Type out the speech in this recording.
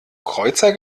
kreuzer